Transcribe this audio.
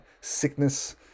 sickness